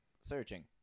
searching